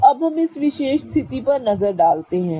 तो अब हम इस विशेष स्थिति पर नजर डालते हैं